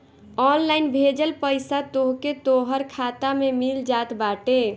online भेजल पईसा तोहके तोहर खाता में मिल जात बाटे